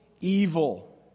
evil